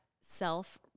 self